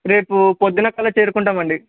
రేపు పొద్దున్న కల్లా చేరుకుంటామండి